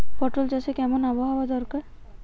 পটল চাষে কেমন আবহাওয়া দরকার?